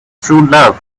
truelove